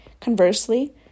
Conversely